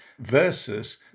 versus